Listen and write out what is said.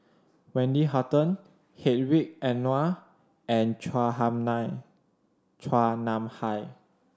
Wendy Hutton Hedwig Anuar and Chua Hai Nam Chua Nam Hai